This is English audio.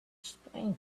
explain